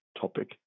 topic